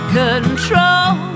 control